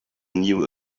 knew